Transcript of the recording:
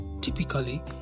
typically